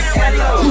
hello